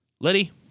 Liddy